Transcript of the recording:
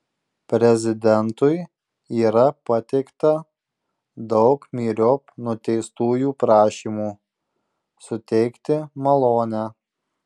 prezidentui yra pateikta daug myriop nuteistųjų prašymų suteikti malonę